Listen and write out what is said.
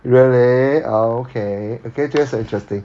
really ah okay okay feels interesting